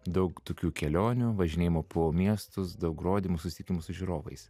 daug tokių kelionių važinėjimų po miestus daug rodymų susitikimų su žiūrovais